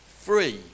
free